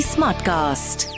Smartcast